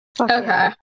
Okay